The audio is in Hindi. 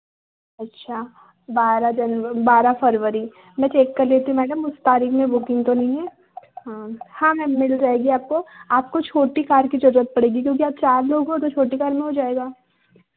अच्छा बारह जन बारह फरवरी मैं चेक कर लेती हूँ मैडम उस तारीख बुकिंग तो नहीं है हाँ हाँ मैम मिल जाएगी आपको आपको छोटी कार की ज़रूरत पड़ेगी क्योंकि आप चार लोग हो तो छोटी कार में हो जाएगा